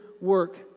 work